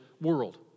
world